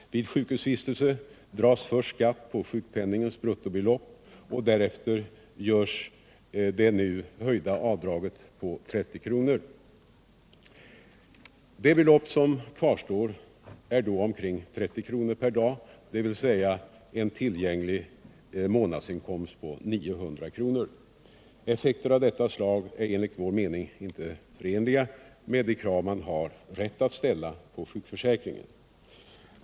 Vid sjukhusvistelse dras först skatt på sjukpenningens bruttobelopp och därefter görs det nu höjda avdraget på 30 kr. Det belopp som kvarstår blir då omkring 30 kr. per dag, dvs. en tillgänglig månadsinkomst på 900 kr. Effekter av detta slag är enligt vår mening inte förenliga med de krav man har rätt att ställa på sjukförsäkringen.